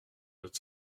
notre